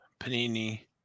Panini